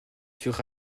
furent